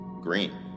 green